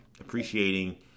appreciating